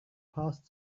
passed